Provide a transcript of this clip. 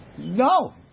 no